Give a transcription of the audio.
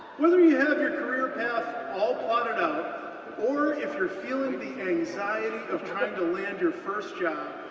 whether you have your career path all plotted out or if you're feeling the anxiety of trying to land your first job,